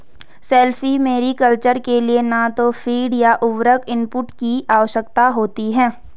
shellfish mariculture के लिए न तो फ़ीड या उर्वरक इनपुट की आवश्यकता होती है